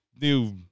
new